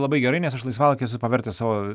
labai gerai nes aš laisvalaikį esu pavertęs savo